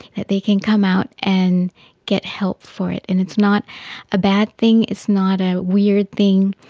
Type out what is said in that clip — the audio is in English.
that they can come out and get help for it, and it's not a bad thing, it's not a weird thing,